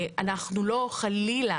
אנחנו לא אומרים, חלילה,